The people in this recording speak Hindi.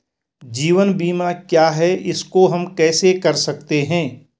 जीवन बीमा क्या है इसको हम कैसे कर सकते हैं?